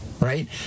right